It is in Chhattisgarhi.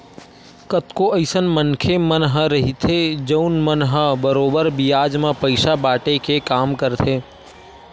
कतको अइसन मनखे मन ह रहिथे जउन मन ह बरोबर बियाज म पइसा बाटे के काम करथे